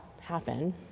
happen